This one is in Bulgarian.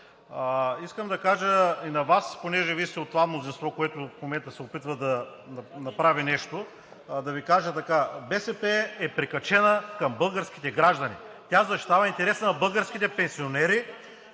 Искам да кажа и на Вас понеже и Вие сте от това мнозинство, което в момента се опитва да направи нещо: БСП е прикачена към българските граждани, тя защитава интереса на българските пенсионери